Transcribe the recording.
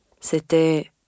c'était